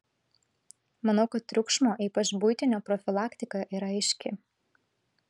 manau kad triukšmo ypač buitinio profilaktika yra aiški